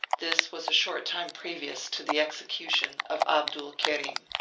this was a short time pre vious to the execution of abdul-kerim.